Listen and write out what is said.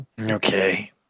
Okay